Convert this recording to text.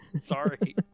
Sorry